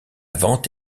vente